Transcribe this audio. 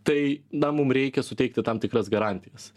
tai na mum reikia suteikti tam tikras garantijas